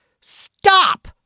stop